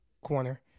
corner